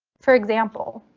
for example,